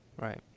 Right